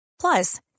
Plus